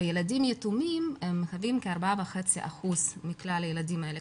וילדים יתומים מהווים כ-4.5% מכלל הילדים האלה.